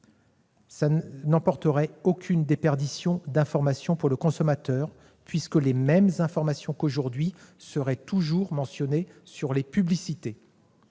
n'emporteraient aucune déperdition d'information pour le consommateur, puisque les mêmes informations seraient toujours mentionnées sur les publicités.